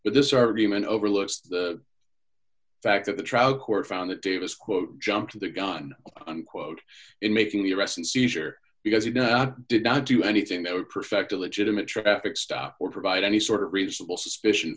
but this argument overlooks the fact that the trial court found that davis quote jumped the gun unquote in making the arrest and seizure because he not did not do anything that would perfect a legitimate traffic stop or provide any sort of reasonable suspicion